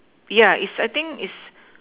yeah is I think is